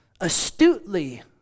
astutely